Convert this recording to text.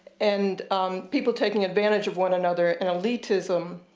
and people taking advantage of one another, and elitism.